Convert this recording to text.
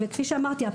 כפי שאמרתי,